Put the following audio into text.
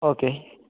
okay